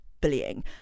bullying